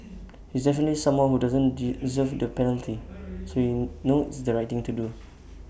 he is definitely someone who doesn't deserve the penalty so you know it's the right thing to do